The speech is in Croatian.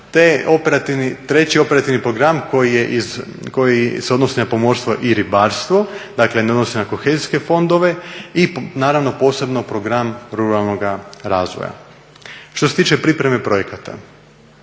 te treći operativni program koji se odnosi na pomorstvo i ribarstvo, dakle ne odnosi na kohezijske fondove i naravno posebno program ruralnoga razvoja. Što se tiče pripreme projekata.